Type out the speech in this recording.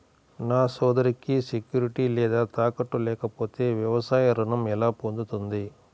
నా సోదరికి సెక్యూరిటీ లేదా తాకట్టు లేకపోతే వ్యవసాయ రుణం ఎలా పొందుతుంది?